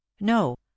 No